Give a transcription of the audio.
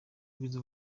bwiza